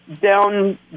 down